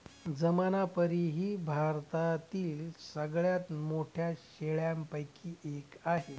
जमनापरी ही भारतातील सगळ्यात मोठ्या शेळ्यांपैकी एक आहे